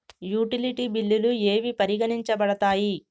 Utility బిల్లులు ఏవి పరిగణించబడతాయి?